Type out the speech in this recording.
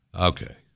okay